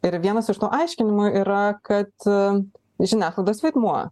ir vienas iš tų aiškinimų yra kad žiniasklaidos vaidmuo